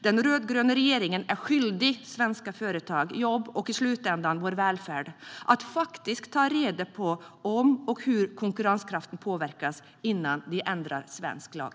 Den rödgröna regeringen är skyldig svenska företag, jobben och i slutändan vår välfärd att faktiskt ta reda på om och hur konkurrenskraften påverkas innan de ändrar svensk lag.